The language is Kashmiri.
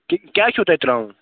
کیٛاہ چھُو تۄہہِ ترٛاوُن